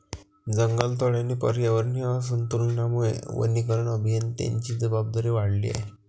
जंगलतोड आणि पर्यावरणीय असंतुलनामुळे वनीकरण अभियंत्यांची जबाबदारी वाढली आहे